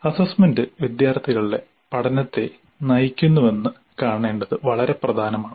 assessment വിദ്യാർത്ഥികളുടെ പഠനത്തെ നയിക്കുന്നുവെന്ന് കാണേണ്ടത് വളരെ പ്രധാനമാണ്